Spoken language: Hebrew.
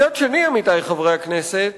מצד שני, עמיתי חברי הכנסת,